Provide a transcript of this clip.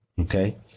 okay